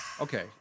Okay